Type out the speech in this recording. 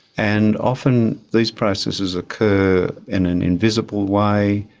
and often these processes occur in an invisible way.